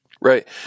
Right